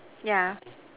yeah